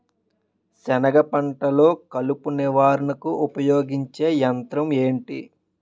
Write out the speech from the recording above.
సెనగ పంటలో కలుపు నివారణకు ఉపయోగించే యంత్రం ఏంటి?